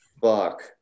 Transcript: fuck